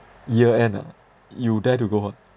year end ah you dare to go ah